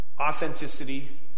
authenticity